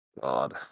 God